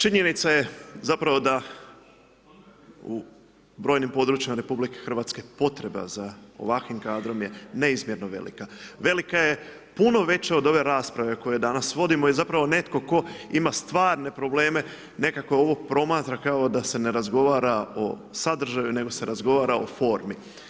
Činjenica je zapravo da u brojnim područjima RH potreba za ovakvim kadrom je neizmjerno velika, velika je puno veća od ove rasprave koju danas vodimo i zapravo netko tko ima stvarne probleme nekako ovo promatra kao da se ne razgovara o sadržaju nego se razgovara o formi.